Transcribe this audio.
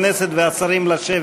לחברי הכנסת והשרים לשבת.